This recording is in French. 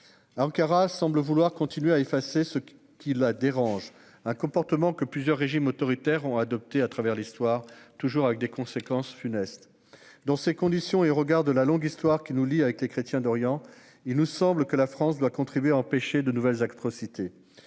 Ankara semble vouloir continuer d'effacer ce qui la dérange, selon un comportement que plusieurs régimes autoritaires ont adopté à travers l'histoire, toujours avec des conséquences funestes. Dans ces conditions et au regard de la longue histoire qui nous lie aux chrétiens d'Orient, il nous semble que la France doit contribuer à empêcher de nouvelles atrocités.